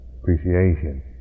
appreciation